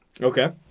Okay